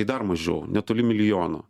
tai dar mažiau netoli milijono